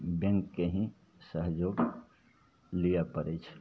बैँकके ही सहयोग लिअऽ पड़ै छै